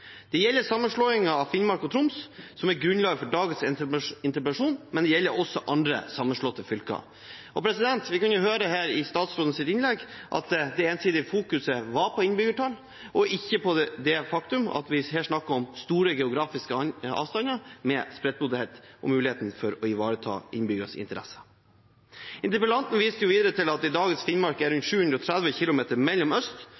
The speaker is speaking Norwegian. Det gjelder sammenslåingen av Finnmark og Troms, som er grunnlaget for dagens interpellasjon, men det gjelder også andre sammenslåtte fylker. Vi kunne høre i statsrådens innlegg her at den ensidige fokuseringen var på innbyggertall, og ikke på det faktum at vi snakker her om store geografiske avstander med spredtboddhet og muligheten for å ivareta innbyggernes interesser. Interpellanten viste videre til at i dagens Finnmark er det 730 km mellom øst